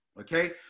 okay